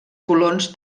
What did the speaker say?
colons